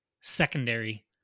secondary